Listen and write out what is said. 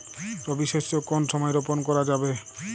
রবি শস্য কোন সময় রোপন করা যাবে?